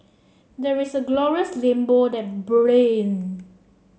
there's a glorious rainbow that bringing